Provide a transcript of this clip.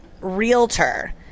realtor